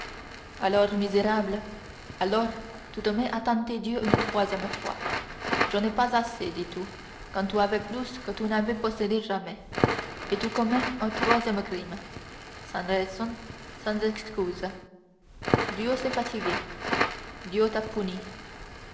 alors misérable alors tu te mets à tenter dieu une troisième fois je n'ai pas assez dis-tu quand tu avais plus que tu n'avais possédé jamais et tu commets un troisième crime sans raison sans excuse dieu s'est fatigué dieu t'a